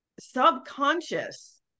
subconscious